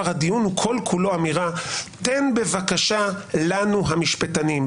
הדיון הוא כל כולו אמירה: תן בבקשה לנו המשפטנים,